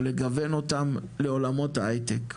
או לגוון אותם לעולמות ההייטק.